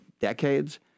decades